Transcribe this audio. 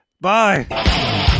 Bye